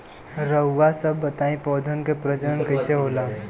रउआ सभ बताई पौधन क प्रजनन कईसे होला?